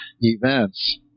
events